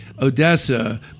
Odessa